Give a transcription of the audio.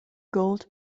gold